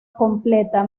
completa